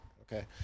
okay